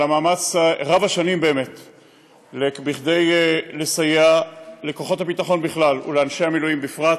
על המאמץ רב-השנים לסייע לכוחות הביטחון בכלל ולאנשי המילואים בפרט.